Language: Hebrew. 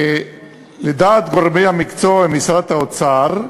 "לדעת גורמי המקצוע במשרד האוצר"